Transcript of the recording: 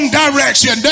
direction